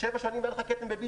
שבע שנים לא היה לך כתם ב-BDI,